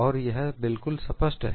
और यह बिल्कुल स्पष्ट है